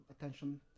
attention